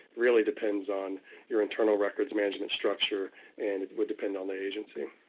really depends on your internal records management structure and it would depend on the agency.